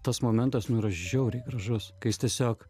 tas momentas nu yra žiauriai gražus kai jis tiesiog